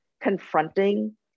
confronting